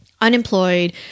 unemployed